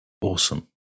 Awesome